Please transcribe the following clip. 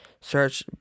search